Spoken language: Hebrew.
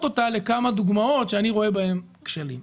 אותה לכמה דוגמאות שאני רואה בהן כשלים.